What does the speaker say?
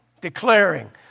declaring